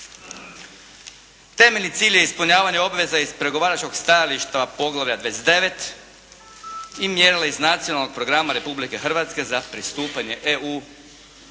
Temeljni cilj je ispunjavanje obveze iz pregovaračkog stajališta poglavlja 29. i mjerila iz Nacionalnog programa Republike Hrvatske za pristupanje EU